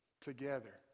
Together